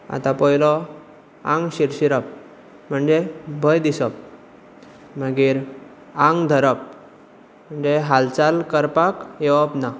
आतां पयलो आंग शिरशिरप म्हणजे भंय दिसप मागीर आंग धरप म्हणजे हालचाल करपाक येवप ना